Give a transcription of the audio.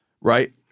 right